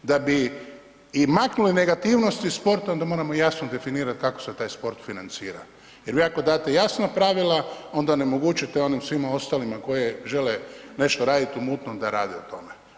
Da bi i maknuli negativnosti iz sporta, onda moramo jasno definirati kako se taj sport financira jer vi ako date jasna pravila, onda onemogućite onima svim ostalima koji žele nešto raditi u mutnom, da rade na tome.